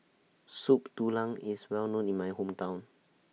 Soup Tulang IS Well known in My Hometown